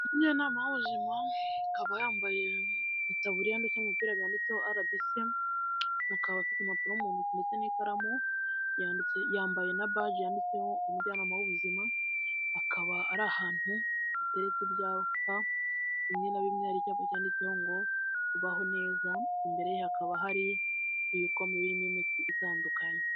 Umujyanama w'ubuzima akaba yambaye itaburiya ndetse n'umupira byanditseho rbc akaba afite impapuro mu ntoki ndetse n'ikaramu, yambaye na baji yanditseho umujyanama w'ubuzima, akaba ari ahantu hatereretse ibyapa bimwe na bimwe hari icyapa cyanditseho ngo baho neza, imbere ye hakaba hari ibikombe birimo imiti itandukanye.